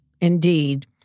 indeed